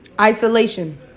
isolation